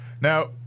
Now